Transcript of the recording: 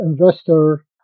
investor